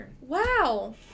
Wow